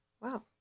Wow